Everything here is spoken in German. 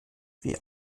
wie